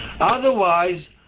Otherwise